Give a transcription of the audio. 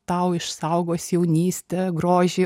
tau išsaugos jaunystę grožį